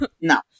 No